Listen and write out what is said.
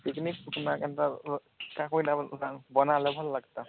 picnic ପୁକୁନା କେନ୍ତା ବନାଲେ ଭଲ ଲାଗତା